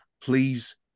please